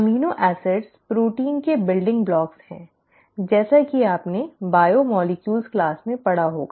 amino acid protein के निर्माण खंड हैं जैसा कि आपने बायोमॉलिक्यूलर क्लास में पढ़ा होगा